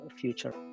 future